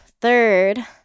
third